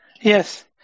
Yes